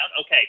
Okay